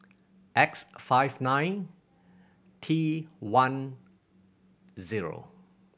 X five nine T one zero